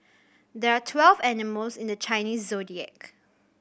there are twelve animals in the Chinese Zodiac